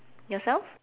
yourself